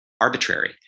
arbitrary